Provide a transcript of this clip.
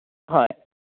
हय